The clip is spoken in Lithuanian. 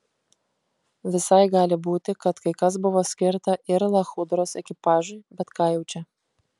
visai gali būti kad kai kas buvo skirta ir lachudros ekipažui bet ką jau čia